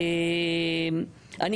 אופיר,